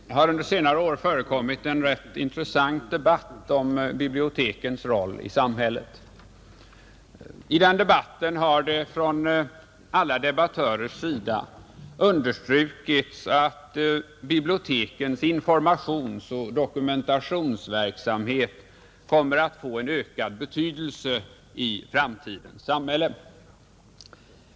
Herr talman! Det har under senare år förekommit en rätt intressant debatt om bibliotekens roll i samhället. I den har alla debattörer understrukit att bibliotekens informationsoch dokumentationsverksamhet kommer att få ökad betydelse.